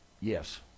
Yes